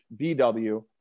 BW